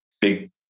big